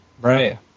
Right